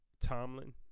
Tomlin